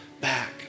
back